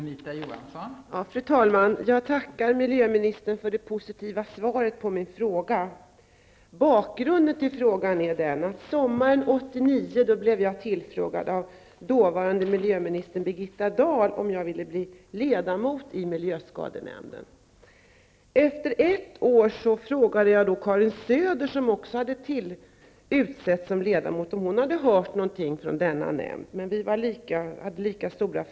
Fru talman! Jag tackar miljöministern för det positiva svaret på min fråga. Bakgrunden till frågan är den att jag sommaren 1989 blev tillfrågad av den dåvarande miljöministern Birgitta Dahl om jag ville bli ledamot i miljöskadenämnden. Efter ett år frågade jag Karin Söder, som också hade utsetts till ledamot, om hon hade hört någonting från denna nämnd. Men vi stod lika frågande båda två.